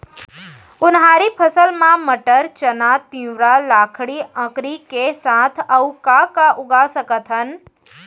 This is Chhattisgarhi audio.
उनहारी फसल मा मटर, चना, तिंवरा, लाखड़ी, अंकरी के साथ अऊ का का उगा सकथन?